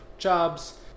jobs